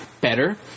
better